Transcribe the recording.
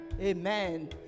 Amen